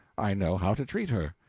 i know how to treat her.